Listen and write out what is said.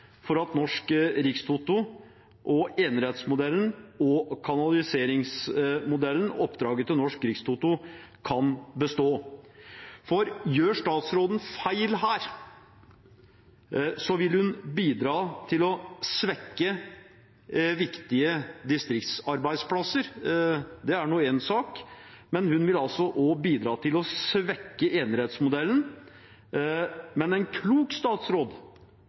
for at Norsk Rikstoto, enerettsmodellen og kanaliseringsmodellen, oppdraget til Norsk Rikstoto, kan bestå. For gjør statsråden feil her, vil hun bidra til å svekke viktige distriktsarbeidsplasser, det er nå én sak, men hun vil altså også bidra til å svekke enerettsmodellen. En klok statsråd